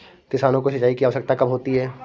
किसानों को सिंचाई की आवश्यकता कब होती है?